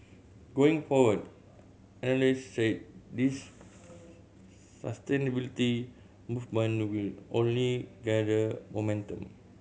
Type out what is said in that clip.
going forward analyst said this sustainability movement will only gather momentum